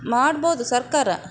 ಮಾಡ್ಬೋದು ಸರ್ಕಾರ